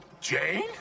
Jane